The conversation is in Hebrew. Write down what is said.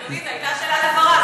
אדוני, זאת הייתה שאלת הבהרה.